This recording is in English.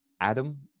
adam